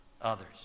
others